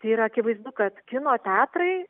tai yra akivaizdu kad kino teatrai